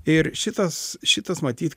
ir šitas šitas matyt